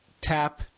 tap